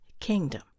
kingdom